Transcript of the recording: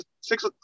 six